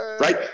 right